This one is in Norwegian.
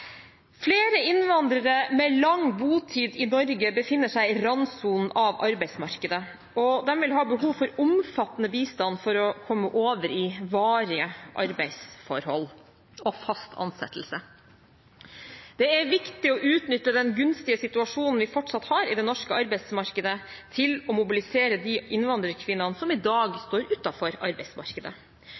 Flere innvandrere med lang botid i Norge befinner seg i randsonen av arbeidsmarkedet, og de vil ha behov for omfattende bistand for å komme over i varige arbeidsforhold og fast ansettelse. Det er viktig å utnytte den gunstige situasjonen vi fortsatt har i det norske arbeidsmarkedet, til å mobilisere de innvandrerkvinnene som i dag står utenfor arbeidsmarkedet.